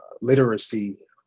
literacy